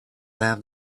have